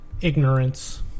Ignorance